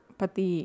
pati